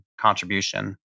contribution